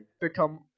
become